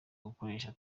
gukoresha